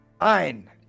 Ein